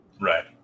Right